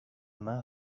más